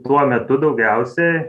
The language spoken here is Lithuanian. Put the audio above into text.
tuo metu daugiausiai